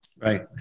Right